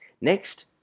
Next